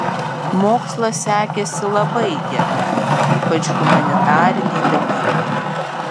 mokslas sekėsi labai gerai ypač humanitariniai dalykai